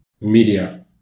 media